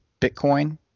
bitcoin